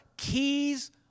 keys